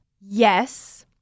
yes